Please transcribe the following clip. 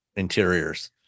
Interiors